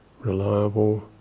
reliable